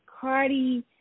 Cardi